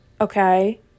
Okay